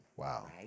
Wow